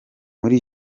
muri